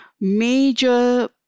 major